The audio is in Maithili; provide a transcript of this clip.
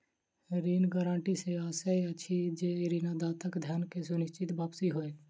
ऋण गारंटी सॅ आशय अछि जे ऋणदाताक धन के सुनिश्चित वापसी होय